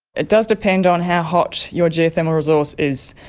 it does depend on how hot your geothermal resource is.